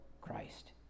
Christ